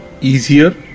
easier